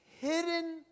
hidden